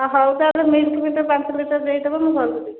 ହଁ ହଉ ତାହାଲେ ମିଲକ୍ ମୁ ଟା ପାଞ୍ଚ ଲିଟର ଦେଇଦେବ ମୁଁ ଘରକୁ ଯିବି